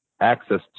access